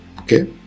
okay